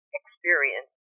experience